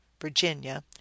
Virginia